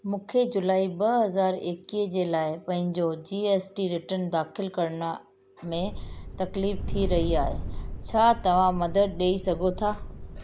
मूंखे जुलाई ॿ हज़ार एक्वीह जे लाइ पंहिंजो जीएसटी रिटर्न दाख़िलु करण में तकलीफ़ु थी रही आहे छा तव्हां मदद ॾेई सघो था